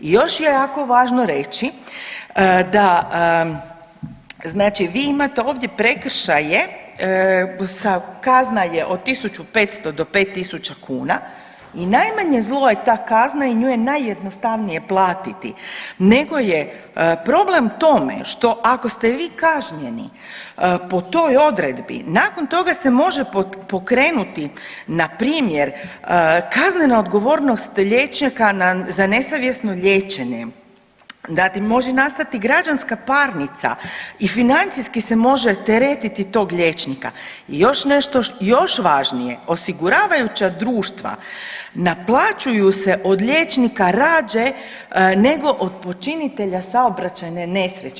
I još je jako važno reći da znači vi imate ovdje prekršaje sa, kazna je od 1.500 do 5.000 kuna i najmanje zlo je ta kazna i nju je najjednostavnije platiti nego je problem u tome što ako ste vi kažnjeni po toj odredbi, nakon toga se može pokrenuti npr. kaznena odgovornost liječnika za nesavjesno liječenje, dakle može nastati građanska parnica i financijski se može teretiti tog liječnika i još nešto još važnije, osiguravajuća društva naplaćuju se od liječnika rađe nego od počinitelja saobraćajne nesreće.